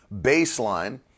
baseline